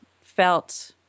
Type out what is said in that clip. felt